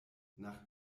nach